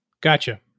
Gotcha